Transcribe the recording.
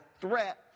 threat